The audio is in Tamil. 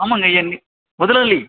ஆமாங்க என் நே முதலாளி